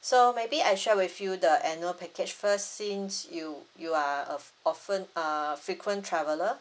so maybe I share with you the annual package first since you you are a often uh frequent traveller